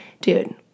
dude